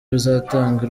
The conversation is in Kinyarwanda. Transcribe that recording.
bizatanga